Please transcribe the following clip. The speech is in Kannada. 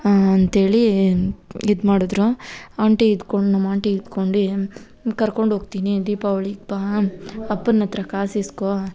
ಅಂತೇಳಿ ಇದು ಮಾಡಿದ್ರು ಆಂಟಿ ಇದ್ಕೊಂಡು ನಮ್ಮ ಆಂಟಿ ಇದ್ಕೊಂಡು ಕರ್ಕೊಂಡು ಹೋಗ್ತೀನಿ ದೀಪಾವಳಿಗೆ ಬಾ ಅಪ್ಪನ ಹತ್ರ ಕಾಸು ಈಸ್ಕೋ